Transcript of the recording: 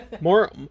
More